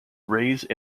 raised